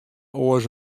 oars